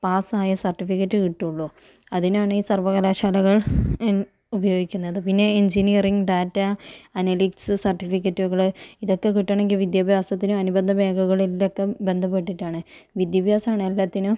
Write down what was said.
പാസ്സായ സർട്ടിഫിക്കറ്റ് കിക്ട്ടയുള്ളൂ അതിനാണീ സർവ്വകലാശാലകൾ ഉപയോഗിക്കുന്നത് പിന്നെ എഞ്ചിനീയറിങ് ഡാറ്റ അനലിറ്റിക്സ് സർട്ടിഫിക്കറ്റുകൾ ഇതൊക്കെ കിട്ടണമെങ്കിൽ വിദ്യാഭ്യാസത്തിനു അനുബന്ധ മേഖലകളിലൊക്കെ ബന്ധപ്പെട്ടിട്ടാണ് വിദ്യാഭ്യസമാണ് എല്ലാറ്റിനും